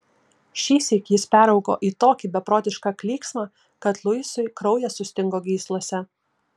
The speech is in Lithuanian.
šįsyk jis peraugo į tokį beprotišką klyksmą kad luisui kraujas sustingo gyslose